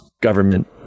government